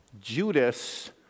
Judas